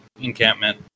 encampment